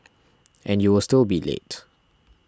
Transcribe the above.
and you will still be late